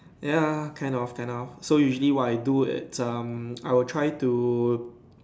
ya kind of kind of so usually what I do it's um I will try to